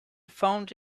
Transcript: found